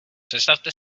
představte